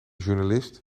journalist